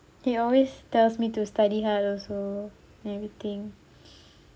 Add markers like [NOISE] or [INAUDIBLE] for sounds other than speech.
he always tells me to study hard also and everything [BREATH]